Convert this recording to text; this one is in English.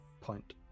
point